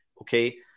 okay